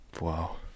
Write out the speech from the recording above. Wow